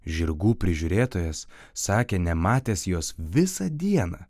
žirgų prižiūrėtojas sakė nematęs jos visą dieną